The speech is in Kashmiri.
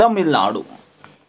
تَمِل ناڈوٗ